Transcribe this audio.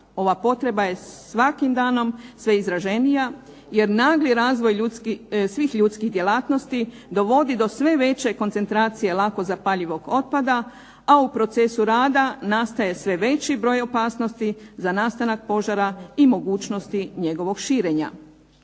Ova potreba je svakim danom sve izraženija jer nagli razvoj svih ljudskih djelatnosti dovodi do sve veće koncentracije lako zapaljivog otpada a u procesu rada nastaje sve veći broj opasnosti nastanka požara i mogućnosti njegovog širenja.